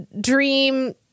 Dream